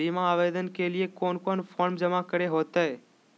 बीमा आवेदन के लिए कोन कोन फॉर्म जमा करें होते